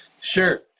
Sure